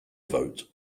vote